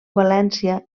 valència